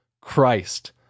Christ